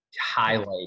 highlight